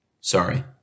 Sorry